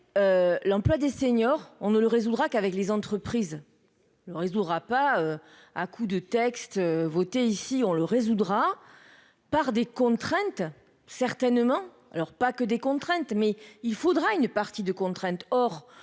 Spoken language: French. l'emploi des seniors, on ne le résoudra qu'avec les entreprises, le risque durera pas à coup de textes votés ici on le résoudra par des contraintes certainement alors pas que des contraintes, mais il faudra une partie de contraintes,